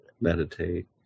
Meditate